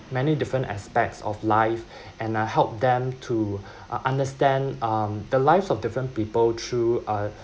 many different aspects of life and uh help them to understand um the lives of different people through uh